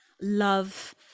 love